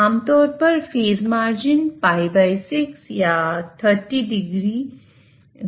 आमतौर पर phase margin л6 या 30o काफी आम है